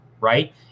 right